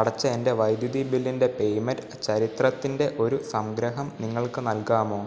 അടച്ച എൻ്റെ വൈദ്യുതി ബില്ലിൻ്റെ പേയ്മെൻ്റ് ചരിത്രത്തിൻ്റെ ഒരു സംഗ്രഹം നിങ്ങൾക്ക് നൽകാമോ